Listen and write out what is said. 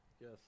Yes